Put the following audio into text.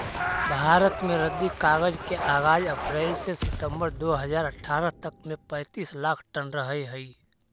भारत में रद्दी कागज के आगाज अप्रेल से सितम्बर दो हज़ार अट्ठरह तक में पैंतीस लाख टन रहऽ हई